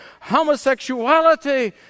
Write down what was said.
Homosexuality